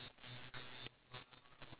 ah right you tried